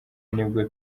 nibwo